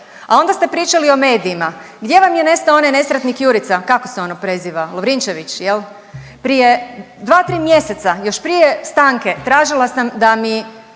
A onda ste pričali o medijima. Gdje vam je nestao onaj nesretnik Jurica, kako se ono preziva, Lovrinčević, je li? Prije 2, 3 mjeseca, još prije stanke tražila sam da mi